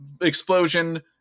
Explosion